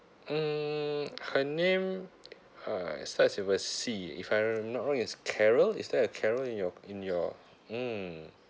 mm her name uh it starts with a C if I'm not wrong is carole is there a carole in your in your mm